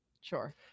sure